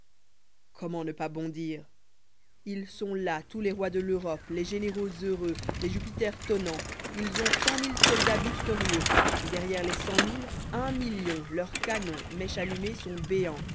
comment ne pas bondir ils sont là tous les rois de l'europe les généraux heureux les jupiters tonnants ils ont cent mille soldats victorieux et derrière les cent mille un million leurs canons mèche allumée sont béants